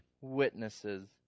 witnesses